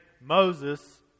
Moses